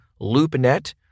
LoopNet